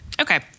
Okay